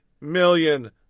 million